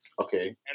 Okay